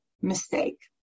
mistake